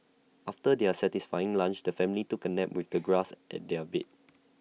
after their satisfying lunch the family took A nap with the grass at their bed